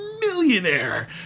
millionaire